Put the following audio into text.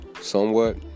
Somewhat